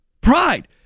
Pride